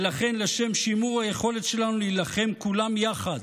ולכן, לשם שימור היכולת שלנו להילחם כולם יחד